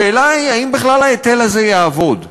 השאלה היא אם ההיטל הזה יעבוד בכלל,